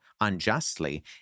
unjustly